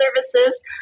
services